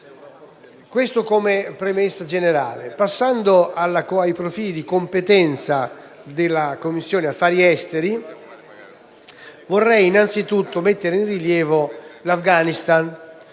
Questo, come premessa generale. Passando ai profili di competenza della Commissione affari esteri, vorrei innanzitutto mettere in rilievo l'Afghanistan,